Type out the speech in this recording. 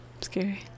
scary